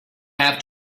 have